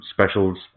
specials